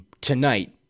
tonight